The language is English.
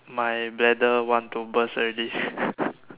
my bladder want to burst already